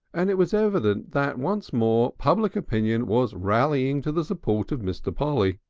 and it was evident that once more public opinion was rallying to the support of mr. polly.